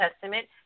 Testament